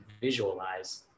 visualize